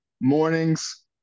mornings